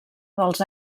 dels